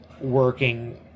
working